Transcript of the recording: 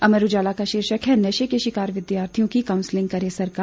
अमर उजाला का शीर्षक है नशे के शिकार विद्यार्थियों की काउंसलिंग करे सरकार